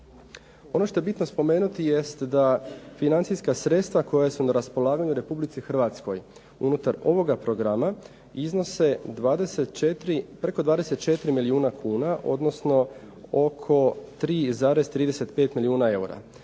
Ono što je bitno spomenuti jest da financijska sredstva koja su na raspolaganju Republici Hrvatskoj unutar ovoga programa iznose 24, preko 24 milijuna kuna odnosno oko 3,35 milijuna eura.